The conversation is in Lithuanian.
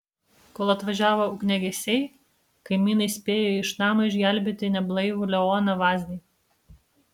kol atvažiavo ugniagesiai kaimynai spėjo iš namo išgelbėti neblaivų leoną vaznį